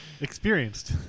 experienced